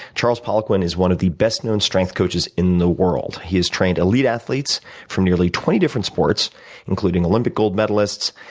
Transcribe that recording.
charles poliquin is one of the best known strength coaches in the world. he has trained elite athletes from nearly twenty different sports including olympic gold medalists,